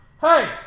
Hey